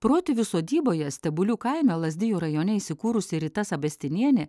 protėvių sodyboje stebulių kaime lazdijų rajone įsikūrusi rita sabestinienė